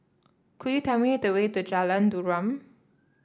could you tell me the way to Jalan Derum